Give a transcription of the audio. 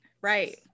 right